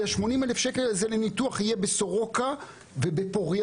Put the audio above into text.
כי 80,000 השקלים האלה לניתוח יהיו בסורוקה ובפוריה